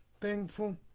thankful